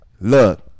Look